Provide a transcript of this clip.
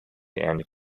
and